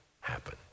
happen